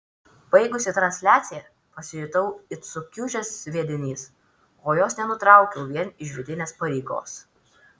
baigusi transliaciją pasijutau it sukiužęs sviedinys o jos nenutraukiau vien iš vidinės pareigos